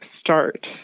Start